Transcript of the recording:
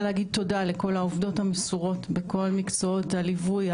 להגיד תודה לכל העובדות המסורות בכל מקצועות הליווי,